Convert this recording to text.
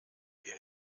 wer